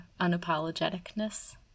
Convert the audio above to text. unapologeticness